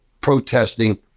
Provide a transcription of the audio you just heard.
protesting